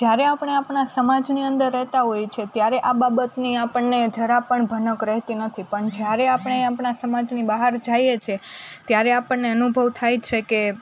જ્યારે આપણે આપણાં સમાજની અંદર રહેતા હોઇએ છે ત્યારે આ બાબતની આપણને જરા પણ ભનક રહેતી નથી પણ જ્યારે આપણે આપણાં સમાજની બહાર જઈએ છીએ ત્યારે આપણને અનુભવ થાય છે કે